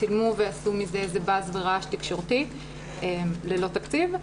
והם צילמו ועשו מזה באז ורעש תקשורתי ללא תקציב,